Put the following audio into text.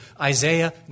Isaiah